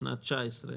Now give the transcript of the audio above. בשנת 19,